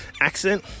accent